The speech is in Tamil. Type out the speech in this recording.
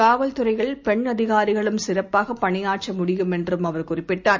காவல்துறையில்பெண்அதிகாரிகளும்சிறப்பாகபணியாற்றமுடியும்என்றும்அவர்கு றிப்பிட்டார்